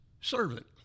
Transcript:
servant